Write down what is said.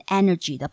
energy